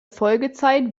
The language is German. folgezeit